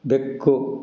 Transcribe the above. ಬೆಕ್ಕು